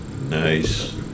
Nice